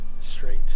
straight